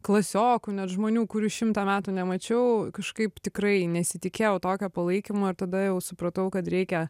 klasiokų net žmonių kurių šimtą metų nemačiau kažkaip tikrai nesitikėjau tokio palaikymo ir tada jau supratau kad reikia